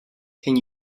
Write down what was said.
can